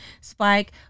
Spike